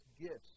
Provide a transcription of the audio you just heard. gifts